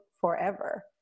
forever